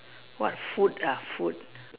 what food ah food